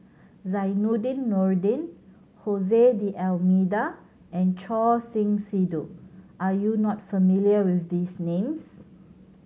Zainordin Nordin D'Almeida and Choor Singh Sidhu are you not familiar with these names